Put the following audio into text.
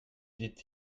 dit